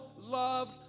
loved